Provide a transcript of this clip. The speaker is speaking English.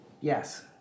Yes